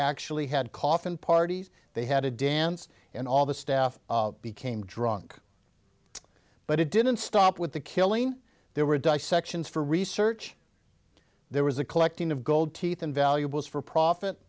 actually had coffin parties they had a dance and all the staff became drunk but it didn't stop with the killing they were dissections for research there was a collecting of gold teeth and valuables for profit